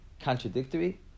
contradictory